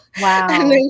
wow